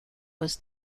was